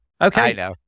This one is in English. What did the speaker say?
Okay